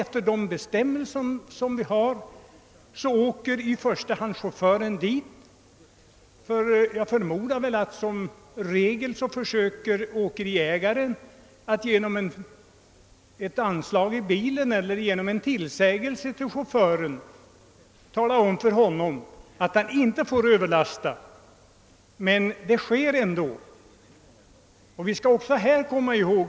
Enligt bestämmelserna drabbas i första hand chauffören för överträdelse av dessa — jag förmodar att åkeriägaren som regel genom ett anslag i bilen eller genom en muntlig tillsägelse till chauffören talar om för honom att han inte får ta någon överlast. Men det händer ändå att han gör det.